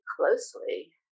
closely